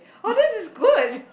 oh this is good